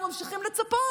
אנחנו ממשיכים לצפות,